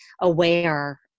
aware